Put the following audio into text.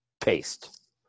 paste